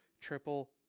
Triple